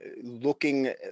Looking